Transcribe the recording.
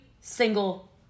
single